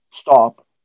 stop